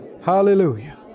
Hallelujah